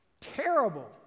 terrible